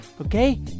okay